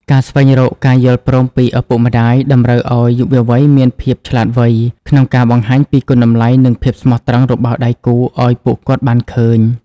ការស្វែងរកការយល់ព្រមពីឪពុកម្ដាយ តម្រូវឱ្យយុវវ័យមានភាពឆ្លាតវៃក្នុងការបង្ហាញពីគុណតម្លៃ និងភាពស្មោះត្រង់របស់ដៃគូឱ្យពួកគាត់បានឃើញ។